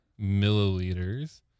milliliters